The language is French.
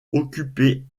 occupée